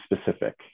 specific